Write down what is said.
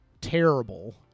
terrible